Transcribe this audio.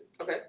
Okay